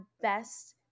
best